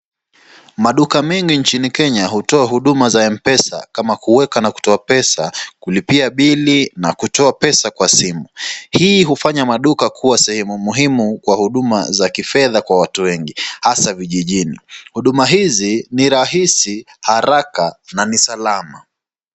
Maduka mengi chini Kenya hutoa huduma ya empesa, kama kuweka na kutoa pesa pia bili ya kutoa pesa kwa simu, hii hufanya maduka kuwa sehemu muhimu kwa huduma za kifedha kwa watu wengi hasa vijijini huduma hizi ni haraka na ni salama.